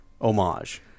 homage